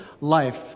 life